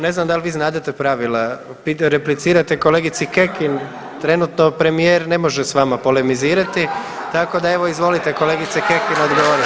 Ne znam da li vi znadete pravila, replicirate kolegici Kekin trenutno premijer ne može s vama polemizirati tako da evo izvolite kolegice Kekin odgovorite.